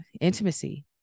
intimacy